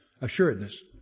assuredness